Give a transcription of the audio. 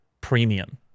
premium